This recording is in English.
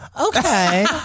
Okay